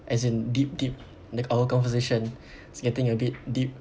as in deep deep the our conversation is getting a bit deep